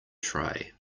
tray